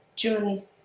June